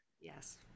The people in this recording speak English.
Yes